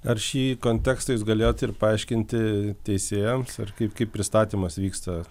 ar šį kontekstą jus galėjot ir paaiškinti teisėjams ar kaip kaip pristatymas vyksta